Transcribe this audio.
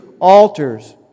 altars